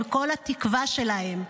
עם כל התקווה שלהן,